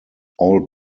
all